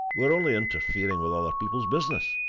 we're only interfering with other people's business.